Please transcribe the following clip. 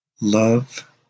Love